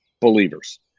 believers